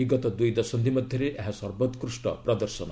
ବିଗତ ଦୂଇ ଦଶନ୍ଧି ମଧ୍ୟରେ ଏହା ସର୍ବୋକୃଷ୍ଟ ପ୍ରଦର୍ଶନ